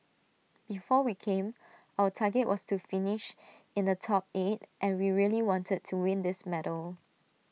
before we came our target was to finish in the top eight and we really wanted to win this medal